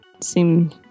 seem